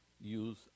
use